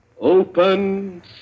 Open